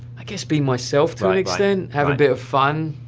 i guess be myself to an extent, have a bit of fun,